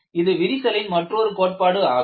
இது விரிசலின் மற்றொரு கோட்பாடு ஆகும்